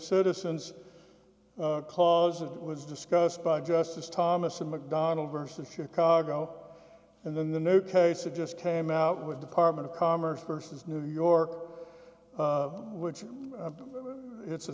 citizens clause it was discussed by justice thomas and mcdonald versus chicago and then the new case it just came out with department of commerce versus new york which it's a